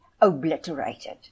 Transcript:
obliterated